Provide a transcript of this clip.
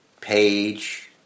Page